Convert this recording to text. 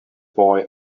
boy